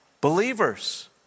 believers